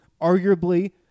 arguably